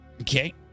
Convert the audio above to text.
okay